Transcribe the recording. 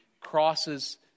crosses